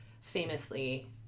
famously